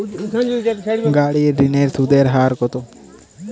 গাড়ির ঋণের সুদের হার কতো?